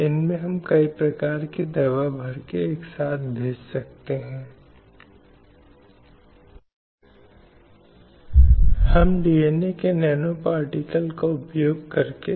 समाज में कई तरह की बीमारियां मौजूद हैं जो बालिकाओं के स्वास्थ्य और भलाई को गंभीरता से प्रभावित करती हैं और कहीं न कहीं उस तरीके से किसी राष्ट्र की प्रगति या विकास को प्रभावित करती हैं